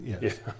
Yes